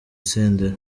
senderi